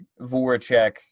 Voracek